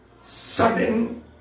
sudden